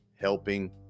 helping